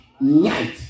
Light